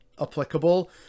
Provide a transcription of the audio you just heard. applicable